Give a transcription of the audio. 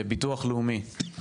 ביטוח לאומי,